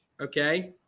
Okay